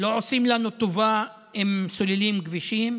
לא עושים לנו טובה אם סוללים כבישים,